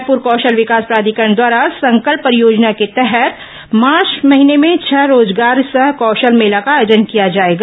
रायपुर कौशल विकास प्राधिकरण द्वारा संकल्प परियोजना के तहत मार्च महीने में छह रोजगार सह कौशल मेला का आयोजन किया जाएगा